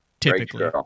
typically